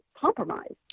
compromised